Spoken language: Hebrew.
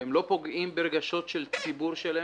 שלא פוגעים ברגשות של ציבור שלם?